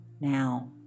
now